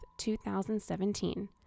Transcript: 2017